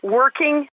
working